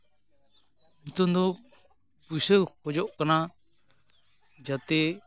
ᱱᱤᱛᱳᱝ ᱫᱚ ᱯᱩᱭᱥᱟᱹ ᱠᱚ ᱠᱷᱚᱡᱚᱜ ᱠᱟᱱᱟ ᱡᱟᱛᱮ